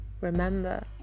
Remember